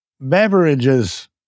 beverages